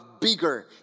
bigger